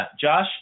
Josh